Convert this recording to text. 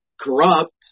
corrupt